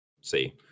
See